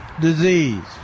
disease